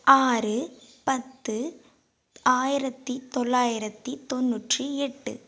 ஆறு பத்து ஆயிரத்தி தொள்ளாயிரத்தி தொண்ணூற்றி எட்டு